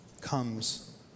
comes